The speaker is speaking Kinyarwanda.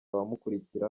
abamukurikira